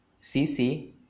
cc